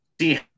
see